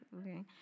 okay